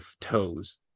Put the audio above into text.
toes